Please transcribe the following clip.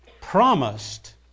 promised